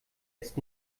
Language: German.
ist